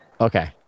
Okay